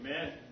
Amen